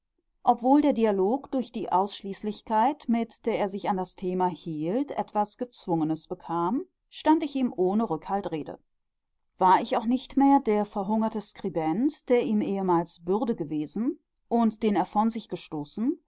obwohl der dialog durch die ausschließlichkeit mit der er sich an das thema hielt etwas gezwungenes bekam stand ich ihm ohne rückhalt rede war ich auch nicht mehr der verhungerte skribent der ihm ehemals bürde gewesen und den er von sich gestoßen